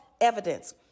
evidence